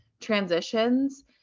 transitions